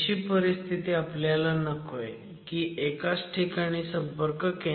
तशी परिस्थिती आपल्याला नकोय की एकाच ठिकाणी संपर्क केंद्रित झाला आहे